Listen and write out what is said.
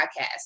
podcast